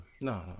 No